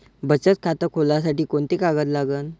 बचत खात खोलासाठी कोंते कागद लागन?